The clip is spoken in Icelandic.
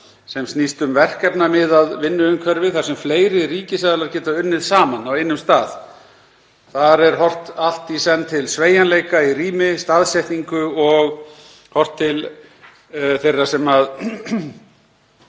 sem snýst um verkefnamiðað vinnuumhverfi þar sem fleiri ríkisaðilar geta unnið saman á einum stað. Þar er horft allt í senn til sveigjanleika í rými og staðsetningu og horft til þeirra sem